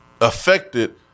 affected